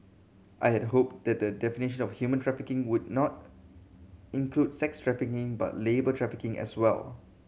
I had hoped that the definition of human trafficking would not include sex trafficking but labour trafficking as well